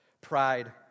pride